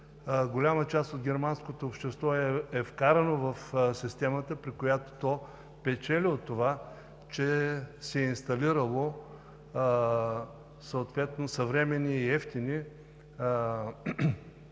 Голяма част от германското общество е вкарано в системата, при което то печели от това, че си е инсталирало съвременни и евтини генератори